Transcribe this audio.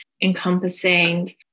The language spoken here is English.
encompassing